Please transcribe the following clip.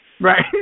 Right